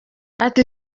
ati